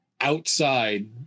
outside